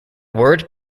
word